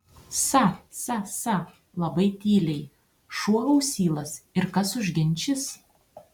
sa sa sa labai tyliai šuo ausylas ir kas užginčys